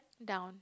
down